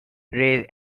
rays